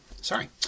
Sorry